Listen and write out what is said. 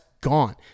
gone